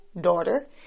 daughter